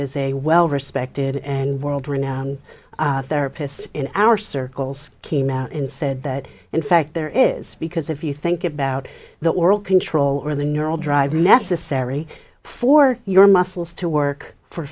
is a well respected and world renowned therapist in our circles came out and said that in fact there is because if you think about the world control or the neural drive necessary for your muscles to work for